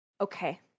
Okay